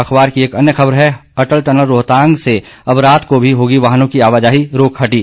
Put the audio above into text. अखबार की एक अन्य खबर है अटल टनल रोहतांग से अब रात को भी होगी वाहनों की आवाजाही रोक हटी